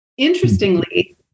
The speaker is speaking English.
Interestingly